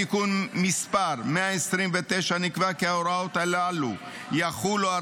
בתיקון מסי 129 נקבע כי ההוראות הללו יחולו על